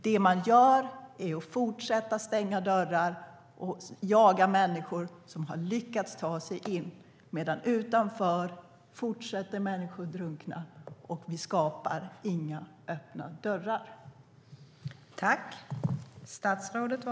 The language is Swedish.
Det man gör är att fortsätta att stänga dörrar och jaga människor som har lyckats ta sig in, medan utanför fortsätter människor att drunkna. Vi skapar inga öppna dörrar.